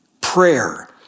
prayer